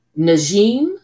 Najim